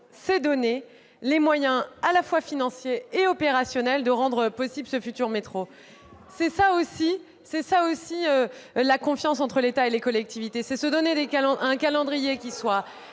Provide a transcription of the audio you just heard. s'est donné les moyens à la fois financiers et opérationnels de rendre possible ce futur métro. Ils y croient ! La confiance entre l'État et les collectivités, c'est se donner un calendrier qui soit